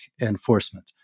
enforcement